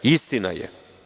Istina je.